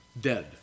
dead